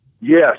Yes